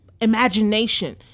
imagination